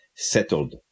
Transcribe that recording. Settled